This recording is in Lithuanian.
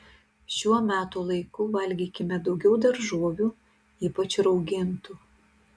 šiuo metų laiku valgykime daugiau daržovių ypač raugintų